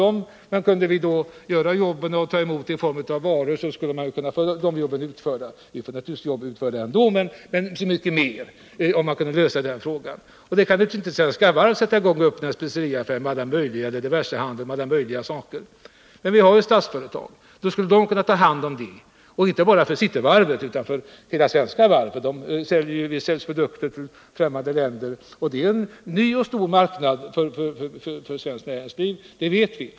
Om man kunde ta emot betalning i form av varor skulle man kunna få jobb till varvet. Det finns visserligen en del jobb redan nu, men om vi kunde lösa frågan om betalning skulle det bli mycket fler. Svenska Varv kan naturligtvis inte sätta i gång och öppna en diversehandel med en massa olika varor. Men vi har ju Statsföretag, som skulle kunna gå in här — inte bara för Cityvarvet utan för alla svenska varv. Det här är en ny och stor marknad för svenskt näringsliv — det vet vi.